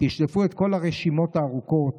תשלפו את כל הרשימות הארוכות,